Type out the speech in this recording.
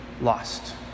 lost